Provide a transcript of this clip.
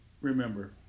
remember